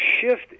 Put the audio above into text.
shift